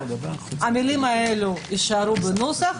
המילים האלה יישארו בנוסח,